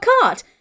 cart